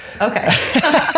Okay